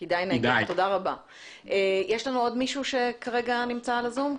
יש לנו עוד מישהו שנמצא ב-זום?